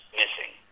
missing